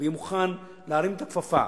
ויהיה מוכן להרים את הכפפה